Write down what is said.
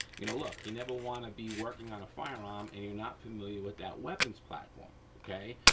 you know, look, you never wanna be working on a firearm and you're not familiar with that weapons platform, okay?